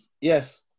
Yes